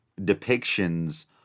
depictions